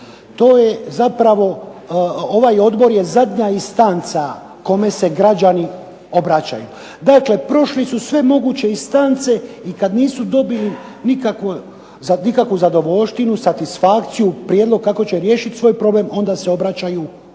to je zapravo ovaj Odbor je zadnja instanca kome se građani obraćaju. Dakle, prošli su sve moguće instance i kada nisu dobili nikakvu zadovoljštinu, satisfakciju kako će riješiti svoj problem onda se obraćaju ovom